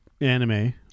anime